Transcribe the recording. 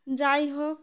যাই হোক